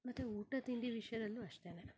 ಮತ್ತು ಊಟ ತಿಂಡಿ ವಿಷಯದಲ್ಲು ಅಷ್ಟೆ